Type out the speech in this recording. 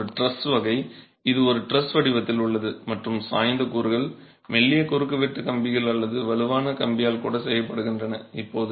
அவற்றில் ஒன்று டிரஸ் வகை இது ஒரு டிரஸ் வடிவத்தில் உள்ளது மற்றும் சாய்ந்த கூறுகள் மெல்லிய குறுக்குவெட்டு கம்பிகள் அல்லது வலுவான கம்பியால் கூட செய்யப்படுகின்றன